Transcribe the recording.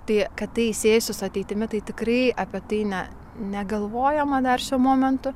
tai kad tai siejasi su ateitimi tai tikrai apie tai ne negalvojama dar šiuo momentu